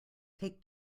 take